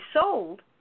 sold